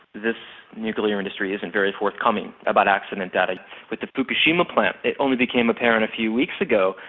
this nuclear industry isn't very forthcoming about accident damage. but the fukushima plant, it only became apparent a few weeks ago,